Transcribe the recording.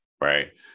right